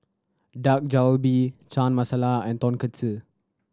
Dak Galbi Chana Masala and Tonkatsu